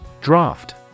Draft